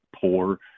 poor